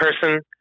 person